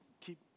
keep